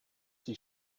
die